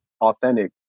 authentic